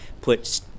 put